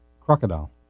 crocodile